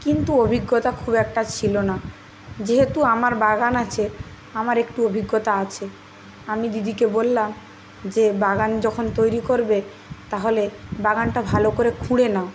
কিন্তু অভিজ্ঞতা খুব একটা ছিল না যেহেতু আমার বাগান আছে আমার একটু অভিজ্ঞতা আছে আমি দিদিকে বললাম যে বাগান যখন তৈরি করবে তাহলে বাগানটা ভালো করে খুঁড়ে নাও